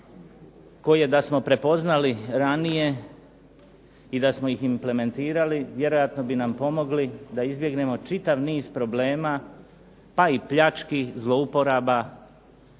koje da smo prepoznali ranije i da smo ih implementirali vjerojatno bi nam pomogli da izbjegnemo čitav niz problema pa i pljački zlouporaba